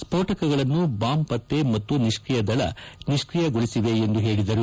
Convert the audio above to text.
ಸ್ಪೋಟಕಗಳನ್ನು bomb ಪತ್ತೆ ಮತ್ತು ನಿಷ್ಕಿಯ ದಳ ನಿಷ್ಕಿಯಗೊಳಿಸಿದೆ ಎಂದು ಹೇಳಿದರು